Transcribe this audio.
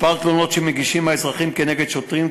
מספר התלונות שמגישים האזרחים נגד שוטרים,